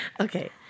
Okay